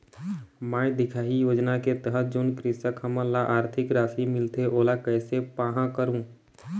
मैं दिखाही योजना के तहत जोन कृषक हमन ला आरथिक राशि मिलथे ओला कैसे पाहां करूं?